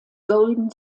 golden